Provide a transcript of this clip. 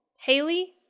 Haley